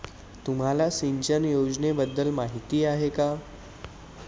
तुम्हाला सिंचन योजनेबद्दल माहिती आहे का?